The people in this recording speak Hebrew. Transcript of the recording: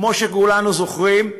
כמו שכולנו זוכרים,